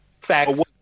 Facts